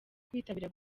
kwitabira